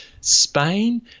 Spain